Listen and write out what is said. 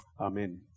Amen